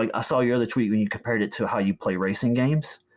i saw your other tweet where you compared it to how you play racing games,